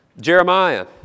Jeremiah